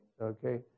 okay